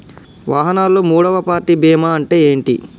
వాహనాల్లో మూడవ పార్టీ బీమా అంటే ఏంటి?